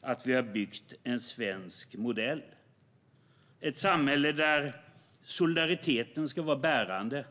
att vi har byggt en svensk modell. Det är ett samhälle där solidariteten ska vara bärande.